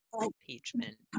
Impeachment